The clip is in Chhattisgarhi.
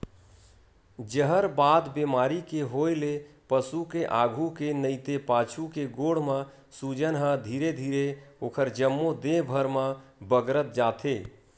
जहरबाद बेमारी के होय ले पसु के आघू के नइते पाछू के गोड़ म सूजन ह धीरे धीरे ओखर जम्मो देहे भर म बगरत जाथे